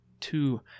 two